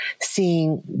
seeing